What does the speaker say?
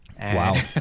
Wow